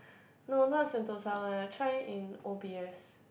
no not Sentosa one I try in O_B_S